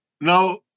Now